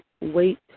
wait